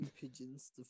pigeons